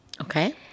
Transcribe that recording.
Okay